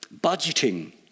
Budgeting